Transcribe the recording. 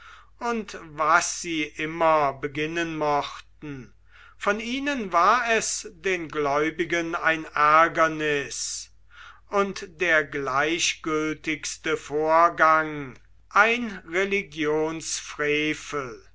und was sie immer beginnen mochten von ihnen war es den gläubigen ein ärgernis und der gleichgültigste vorgang ein